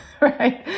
right